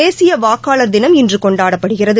தேசியவாக்காளர் தினம் இன்றுகொண்டாடப்படுகிறது